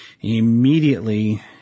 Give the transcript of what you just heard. immediately